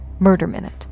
MurderMinute